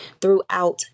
throughout